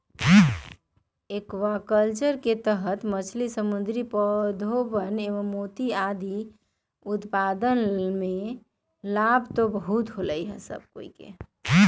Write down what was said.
aquaculture के तहद मछली, समुद्री पौधवन एवं मोती आदि उत्पादन के लाभ होबा हई